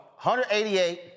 188